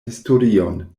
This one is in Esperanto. historion